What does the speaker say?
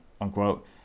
unquote